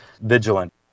vigilant